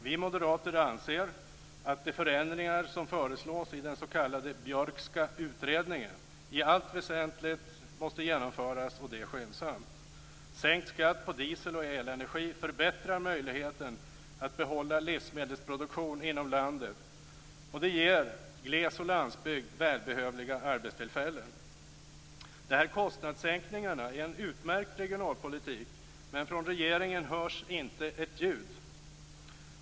Vi moderater anser att de förändringar som föreslås i den s.k. Björkska utredningen i allt väsentligt måste genomföras och det skyndsamt. Sänkt skatt på diesel och elenergi förbättrar möjligheten att behålla livsmedelsproduktion inom landet, och det ger gles och landsbygd välbehövliga arbetstillfällen. De här kostnadssänkningarna är en utmärkt regionalpolitik, men från regeringen hörs inte ett ljud.